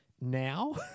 now